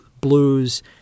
Blues